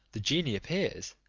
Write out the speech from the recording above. the genie appears.